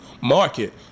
market